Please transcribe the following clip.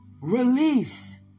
release